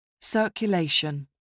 Circulation